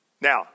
Now